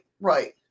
Right